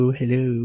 hello